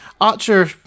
Archer